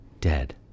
Dead